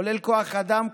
כולל כוח אדם,